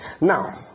now